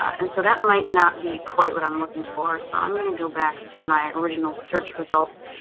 and so that might not be quite what i'm looking for. so i'm going to go back to my original search results,